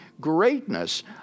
greatness